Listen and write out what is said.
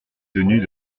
tenu